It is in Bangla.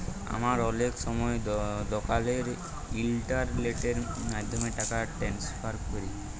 আমরা অলেক সময় দকালের ইলটারলেটের মাধ্যমে টাকা টেনেসফার ক্যরি